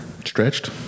stretched